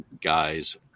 guys